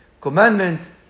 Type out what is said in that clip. Commandment